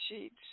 Sheets